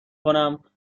کنم